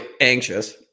anxious